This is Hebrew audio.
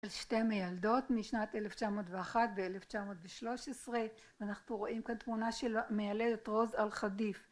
שתי מיילדות משנת אלף תשע מאות ואחת ואלף תשע מאות ושלוש עשרה ואנחנו רואים כאן תמונה של מילדת רוז אל חדיף